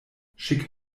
schick